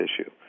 issue